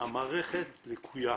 המערכת לקויה,